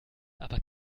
aber